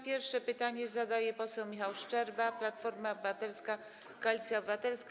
Pierwsze pytanie zadaje poseł Michał Szczerba, Platforma Obywatelska - Koalicja Obywatelska.